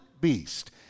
beast